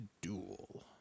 duel